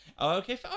Okay